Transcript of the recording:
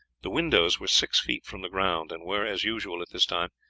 the windows were six feet from the ground, and were, as usual at this time,